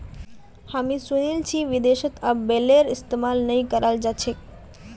हामी सुनील छि विदेशत अब बेलरेर इस्तमाल नइ कराल जा छेक